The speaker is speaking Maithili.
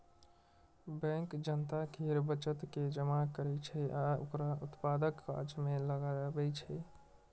बैंक जनता केर बचत के जमा करै छै आ ओकरा उत्पादक काज मे लगबै छै